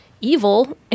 evil